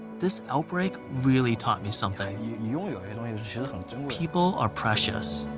this outbreak really taught me something. yeah you know and people are precious.